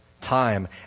time